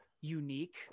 unique